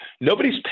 nobody's